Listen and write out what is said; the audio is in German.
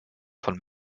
von